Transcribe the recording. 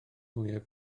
mwyaf